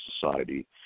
Society